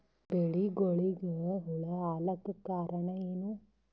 ಬೆಳಿಗೊಳಿಗ ಹುಳ ಆಲಕ್ಕ ಕಾರಣಯೇನು?